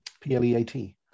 p-l-e-a-t